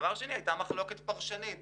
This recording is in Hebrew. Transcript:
דבר שני: הייתה מחלוקת פרשנית